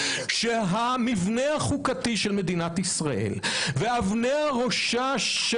שהמבנה החוקתי של מדינת ישראל ואבני הראשה של